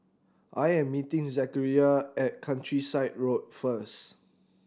I am meeting Zachariah at Countryside Road first